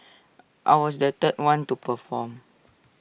I was the third one to perform